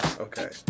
Okay